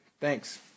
Thanks